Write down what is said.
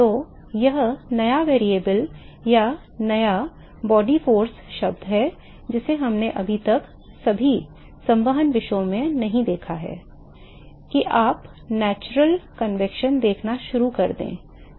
तो वह नया चर या नया शरीर बल शब्द है जिसे हमने अभी तक सभी संवहन विषय में नहीं देखा है कि आप प्राकृतिक संवहन देखना शुरू कर दें